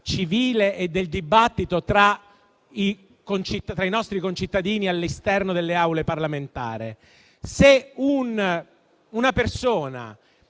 civile e del dibattito tra i nostri concittadini all'esterno delle Aule parlamentari. Se un una persona